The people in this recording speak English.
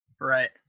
right